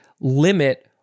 limit